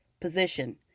position